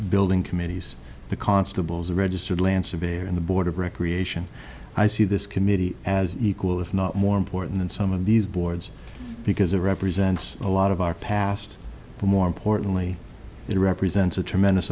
building committees the constables registered lanse of a are in the board of recreation i see this committee as equal if not more important than some of these boards because it represents a lot of our past and more importantly it represents a tremendous